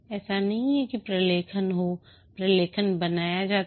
ऐसा नहीं है कि प्रलेखन हो प्रलेखन बनाया जाता है